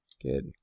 Good